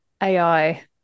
AI